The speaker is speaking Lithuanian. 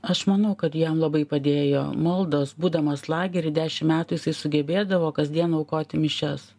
aš manau kad jam labai padėjo maldos būdamas lagery dešim metų jisai sugebėdavo kasdien aukoti mišias